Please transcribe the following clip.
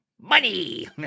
money